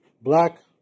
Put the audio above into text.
Black